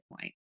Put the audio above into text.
point